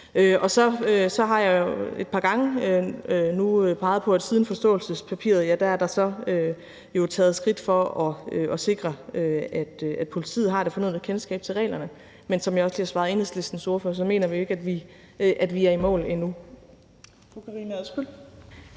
Så har jeg nu et par gange peget på, at siden forståelsespapiret er der jo så taget skridt for at sikre, at politiet har det fornødne kendskab til reglerne, men som jeg også lige har svaret Enhedslistens ordfører, mener vi jo ikke, at vi er i mål endnu.